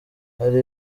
hari